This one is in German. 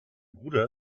bruder